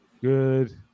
Good